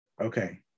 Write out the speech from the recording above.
okay